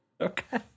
Okay